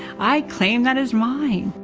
i claim that is mine.